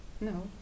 no